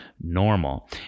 normal